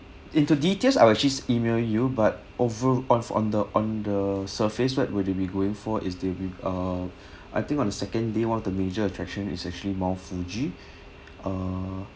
into details I will actually email you but over on on the on the surface right what will you be going for is the uh I think on the second day one of the major attraction is actually mount fuji uh